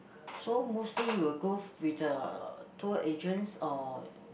so mostly you will go with the tour agents or